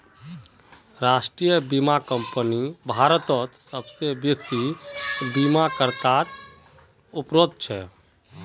राष्ट्रीय बीमा कंपनी भारतत सबसे बेसि बीमाकर्तात उपर छ